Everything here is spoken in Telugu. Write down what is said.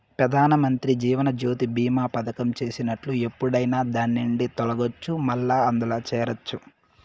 పెదానమంత్రి జీవనజ్యోతి బీమా పదకం చేసినట్లు ఎప్పుడైనా దాన్నిండి తొలగచ్చు, మల్లా అందుల చేరచ్చు